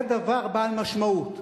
זה דבר בעל משמעות.